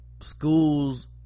schools